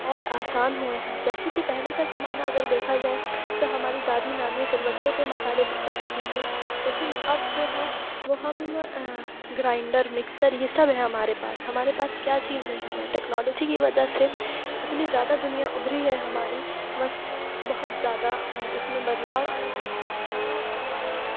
اور آسان ہوئے ہیں جیسے کہ پہلے کا زمانہ اگر دیکھا جائے تو ہماری دادی نانی سِل بٹے پہ مسالے پیسا کرتی تھیں لیکن اب جو ہے وہ ہم گرائنڈر مکسر یہ سب ہے ہمارے پاس ہمارے کیا چیز نہیں ہے ٹیکنالوجی کی وجہ سے اتنی زیادہ دنیا اُبھری ہے ہماری بس بہت زیادہ اِس میں بدلاؤ آئے ہیں ہاں اور